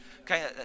Okay